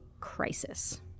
crisis